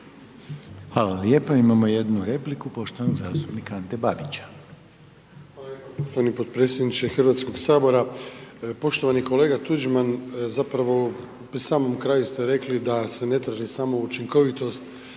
Hvala lijepo. Sljedeća replika je poštovanog zastupnika Ante Babića.